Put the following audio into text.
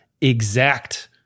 exact